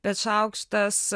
bet šaukštas